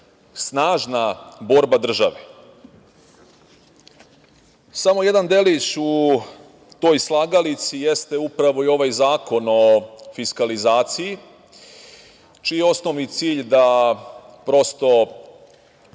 snažna borba države. Samo jedan delić u toj slagalici jeste upravo i ovaj Zakon o fiskalizaciji čiji je osnovni cilj da